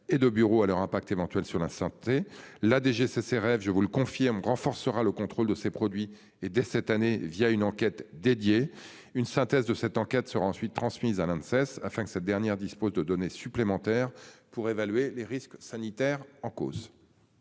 et de bureaux à leur impact éventuel sur la santé, la DGCCRF, je vous le confirme renforcera le contrôle de ces produits et, dès cette année via une enquête dédié une synthèse de cette enquête sera ensuite transmise à l'. Afin que cette dernière dispose de données supplémentaires pour évaluer les risques sanitaires en cause.